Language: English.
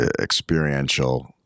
experiential